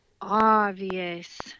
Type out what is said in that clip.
obvious